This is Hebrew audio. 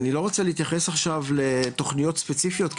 אני לא רוצה להתייחס עכשיו לתוכניות ספציפיות,